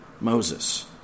Moses